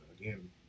again